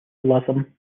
latham